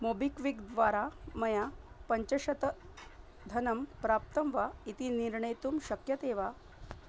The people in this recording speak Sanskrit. मोबिक्विक् द्वारा मया पञ्चशतं धनं प्राप्तं वा इति निर्णेतुं शक्यते वा